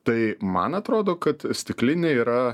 tai man atrodo kad stiklinė yra